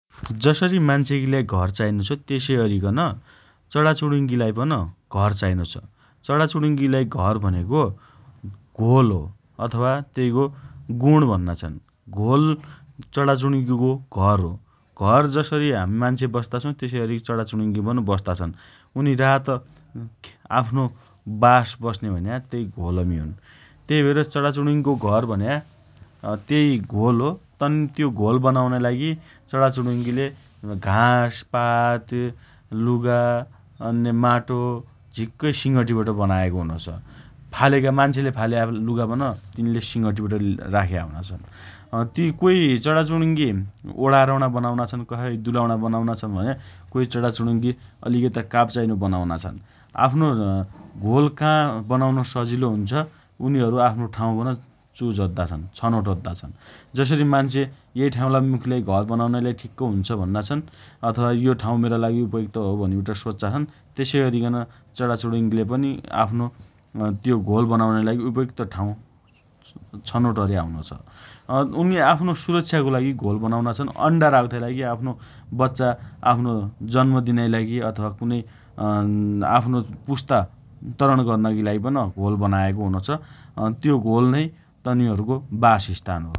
जसरी मान्छेकीलाई घर चाइनो छ । तसैअरिकन चणाचुणुङ्गीलाई पन घर चाइनो छ । चणाचुणुङ्गीलाई घर भनेको घोल हो । अथवा तेइको गुण भन्ना छन् । घोल चणाचुणुङ्गीको घर हो । घर जसरी हमी मान्छे बस्ता छौँ तेसैअरी चणाचुणुङ्गी पन बस्ता छन् । उनी रात अँ आफ्नो बास बस्ने भन्या तेइ घोलमी हुन् । तेइ भएर चणाचुणुङ्गीको घर भन्या तेइ घोल हो । तन् त्यो घोल बनाउनाइ लागि चणाचुणुङ्गीले घाँसपात, लुगा, अन्य माटो झिक्कै सिँगटीबट बनाएको हुनो छ । फालेका मान्छेले फाल्या लुगापन तिन्ले सिँगटेर राख्या हुना छन् । ती कोइ चणाचुणुङ्गी ओढारम्णा बनाउना छन् । कसै दुलाम्णा बनाउना छन् भने कोइ चणाचुणुङ्गी अलिकता काप्चाइनो बनाउना छन् । आफ्नो घोल काँ बनाउन सजिलो हुन्छ उनीहरू आफ्नो चुज अद्दा छन् । छनोट अद्दा छन् । जसरी मान्छे एइ ठाँउलाई मुखीलाई घर बनाउनाइ लागि ठिक्क हुन्छ भन्ना छन् । अथवा यो ठाउँ मेरा लागि उपयुक्त हो भनिबट सोच्चा छन् । तेसइ अरिकन चणाचुणुङ्गीले पनि आफ्नो त्यो घोल बनाउनाइ लागि उपयुक्त ठाउँ छनोट अर्या हुनो छ । उनी आफ्नो सुरक्षाका लागि घोल बनाउना छन् । अण्डा राख्ताइ लागि आफ्नो बच्चा राख्ताइ आफ्नो जन्म दिनाइ लागि अथवा कुनै अँ आफ्नो पुस्तान्तरण गर्नका लागि घोल बनाया हुनो छ । अँ त्यो घोल नै तनीहरूको बासस्थान हो ।